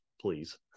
please